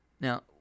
Now